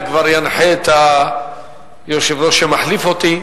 אני כבר אנחה את היושב-ראש שמחליף אותי.